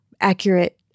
accurate